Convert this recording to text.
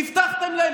הבטחתם להם.